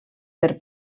per